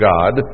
God